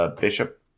Bishop